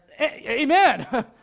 amen